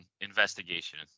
investigation